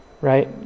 Right